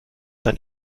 dann